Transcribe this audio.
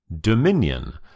Dominion